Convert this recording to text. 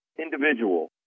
individual